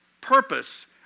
purpose